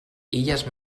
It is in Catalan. illes